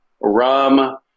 rum